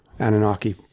Anunnaki